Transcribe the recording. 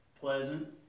pleasant